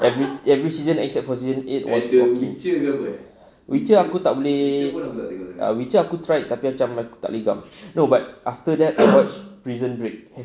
every every season except for season eight witcher aku tak boleh witcher aku try tapi macam aku tak live up no but after that I watch prison break